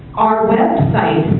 our website,